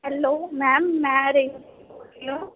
ma'am में